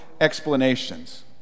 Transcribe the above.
explanations